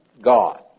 God